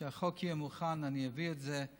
כשהחוק יהיה מוכן אני אביא את זה.